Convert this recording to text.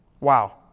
Wow